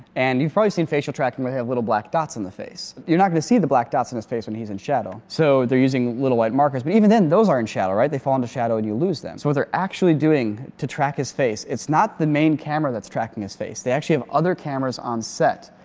and you've probably seen facial tracking where they have little black dots in the face. you're not going to see the black dots on his face when he's in shadow. so they're using little white markers, but even then those are in shadow, right? they fall into shadow and you lose them. so what they're actually doing to track his face it's not the main camera that's tracking his face. they actually have other cameras on set.